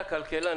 אתה כלכלן,